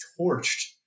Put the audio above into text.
torched